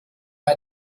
bei